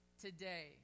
today